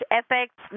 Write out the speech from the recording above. effects